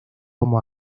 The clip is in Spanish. como